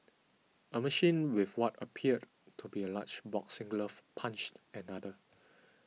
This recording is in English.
a machine with what appeared to be a large boxing glove punched another